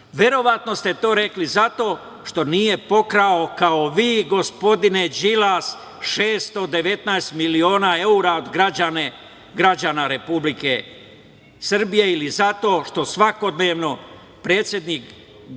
Verovatno ste to rekli zato što nije pokrao kao vi, gospodine Đilas, 619 miliona evra građana Republike Srbije ili zato što svakodnevno predsednik gradi